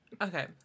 Okay